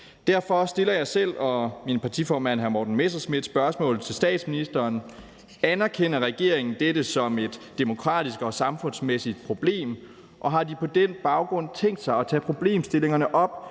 Derfor stiller jeg selv og min partiformand, hr. Morten Messerschmidt, spørgsmålet til statsministeren: Anerkender regeringen dette som et demokratisk og samfundsmæssigt problem, og har de på den baggrund tænkt sig at tage problemstillingerne op